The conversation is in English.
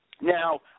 Now